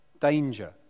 danger